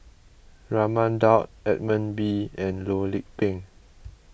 Raman Daud Edmund Wee and Loh Lik Peng